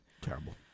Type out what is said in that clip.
terrible